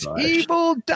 Evil